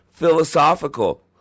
philosophical